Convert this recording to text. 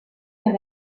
vers